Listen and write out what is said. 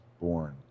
born